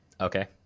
okay